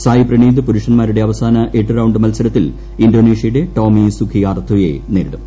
സായ് പ്രണിത് പുരുഷൻമാരുടെ അവസാന എട്ട് റൌണ്ട് മൽസരത്തിൽ ഇന്തോനേഷ്യയുടെ ടോമി സുഖിയാർത്തോയെ നേരിടും